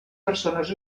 persones